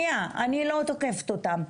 אני לא תוקפת אותם.